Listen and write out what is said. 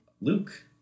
Luke